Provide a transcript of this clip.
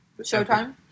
showtime